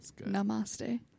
Namaste